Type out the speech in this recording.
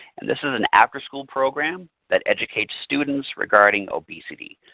and this is an afterschool program that educates students regarding obesity.